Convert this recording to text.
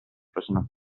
possono